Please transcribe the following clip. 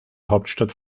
hauptstadt